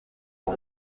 uwo